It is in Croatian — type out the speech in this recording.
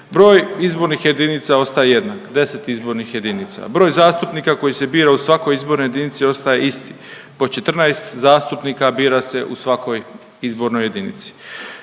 broj izbornih jedinica ostaje jednak 10 izbornih jedinica, broj zastupnika koji se bira u svakoj izbornoj jedinici ostaje isti, po 14 zastupnika bira se u svakoj izbornoj jedinici.